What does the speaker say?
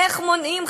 איך מונעים,